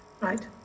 right